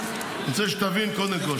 קודם כול,